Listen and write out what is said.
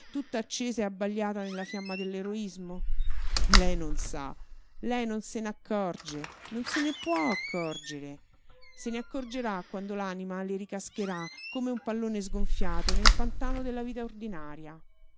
tutta accesa e abbagliata nella fiamma dell'eroismo lei non sa lei non se n'accorge non se ne può accorgere se ne accorgerà quando l'anima le ricascherà come un pallone sgonfiato nel pantano della vita ordinaria